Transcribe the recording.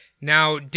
Now